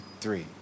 three